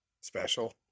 special